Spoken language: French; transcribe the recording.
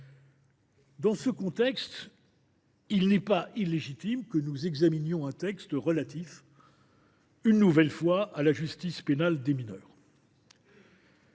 Dans ce contexte, il n’est pas illégitime que nous examinions un nouveau texte relatif à la justice pénale des mineurs.